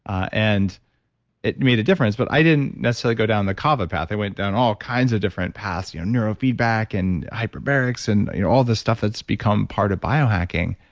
and it made a difference, but i didn't necessarily go down the kava path. i went down all kinds of different you know neurofeedback and hyperbarics and you know all this stuff that's become part of biohacking.